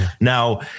Now